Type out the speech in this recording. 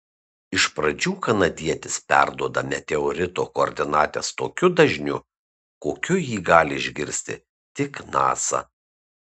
iš pradžių kanadietis perduoda meteorito koordinates tokiu dažniu kokiu jį gali išgirsti tik nasa